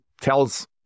tells